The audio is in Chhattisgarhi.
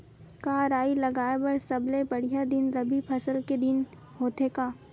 का राई लगाय बर सबले बढ़िया दिन रबी फसल के दिन होथे का?